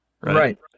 Right